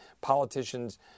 politicians